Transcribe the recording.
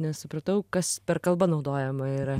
nesupratau kas per kalba naudojama yra